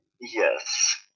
yes